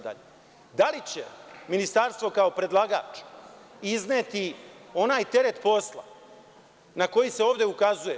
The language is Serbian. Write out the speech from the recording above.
Da li će ministarstvo, kao predlagač, izneti onaj teret posla na koji se ovde ukazuje?